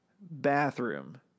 bathroom